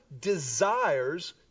desires